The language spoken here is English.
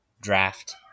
draft